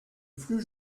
plus